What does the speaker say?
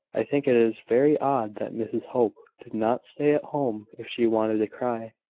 i think it is very odd that mrs hope did not stay at home if she wanted to cry.